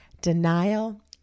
denial